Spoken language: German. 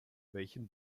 welchen